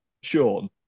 Sean